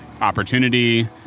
opportunity